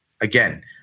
again